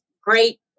great